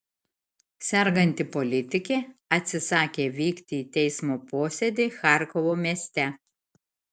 serganti politikė atsisakė vykti į teismo posėdį charkovo mieste